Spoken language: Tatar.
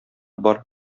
бар